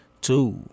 two